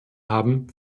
haben